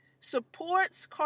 supports